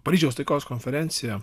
paryžiaus taikos konferencija